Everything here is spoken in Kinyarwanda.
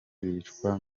bicwa